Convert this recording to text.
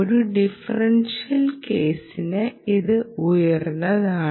ഒരു ഡിഫറൻഷ്യൽ കേസിന് ഇത് ഉയർന്നതാണ്